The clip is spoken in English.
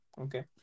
Okay